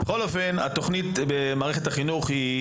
בכל אופן התוכנית במערכת החינוך היא